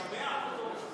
משבח אותו,